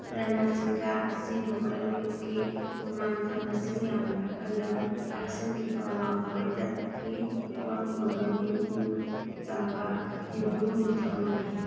ꯔꯥꯅꯥ ꯁꯤꯡꯒꯥ ꯑꯁꯤ ꯃꯨꯒꯜ ꯌꯨꯛꯀꯤ ꯃꯃꯥꯡꯗ ꯃꯁꯤꯡ ꯌꯥꯝꯂꯕ ꯂꯝ ꯂꯥꯛꯁꯤꯟꯈꯤꯕ ꯑꯋꯥꯡ ꯚꯥꯔꯠꯀꯤ ꯏꯀꯣꯟ ꯀꯣꯟꯕ ꯃꯅꯤꯡ ꯇꯝꯕ ꯍꯤꯟꯗꯨ ꯅꯤꯡꯊꯧ ꯑꯃꯅꯤ